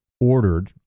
ordered